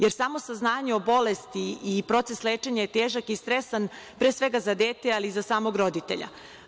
Jer, samo saznanje o bolesti i proces lečenja je težak i stresan, pre svega za dete, ali i za samog roditelja.